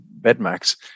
Bedmax